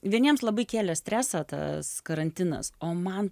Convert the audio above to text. vieniems labai kėlė stresą tas karantinas o man